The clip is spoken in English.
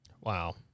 Wow